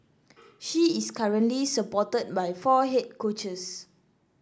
she is currently supported by four head coaches